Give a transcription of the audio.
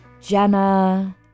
jenna